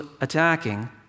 attacking